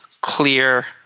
clear